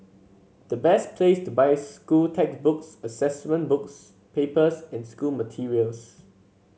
the best place to buy school textbooks assessment books papers and school materials